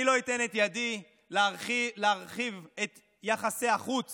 אני לא אתן את ידי להחריב את יחסי החוץ